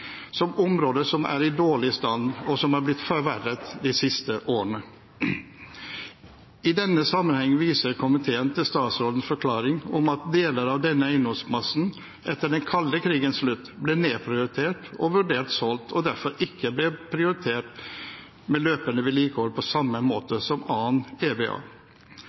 som områder som er i dårlig stand, og som er blitt forverret de siste årene. I denne sammenheng viser komiteen til statsrådens forklaring om at deler av denne eiendomsmassen etter den kalde krigens slutt ble nedprioritert og vurdert solgt og derfor ikke ble prioritert med løpende vedlikehold på samme måte som annen